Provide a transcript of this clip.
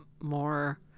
more